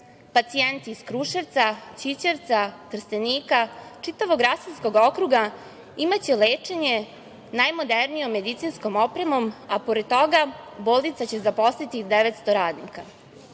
Pacijenti iz Kruševca, Ćićevca, Trstenika, čitavog Rasinskog okruga imaće lečenje najmodernijom medicinskom opremom, a pored toga bolnica će zaposliti 900 radnika. Jedan